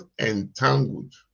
entangled